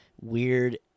weird